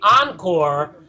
encore